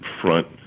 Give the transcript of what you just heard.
front